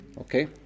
Okay